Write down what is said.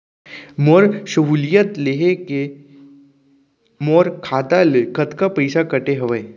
मोर सहुलियत लेहे के मोर खाता ले कतका पइसा कटे हवये?